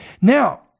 now